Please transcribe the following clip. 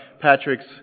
Patrick's